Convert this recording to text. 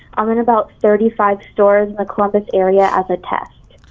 i'm in about thirty five stores in the columbus area as a test.